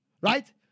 Right